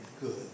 good